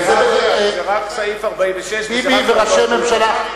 זה רק סעיף 46, וזה רק, ביבי וראשי ממשלה.